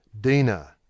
Dina